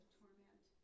torment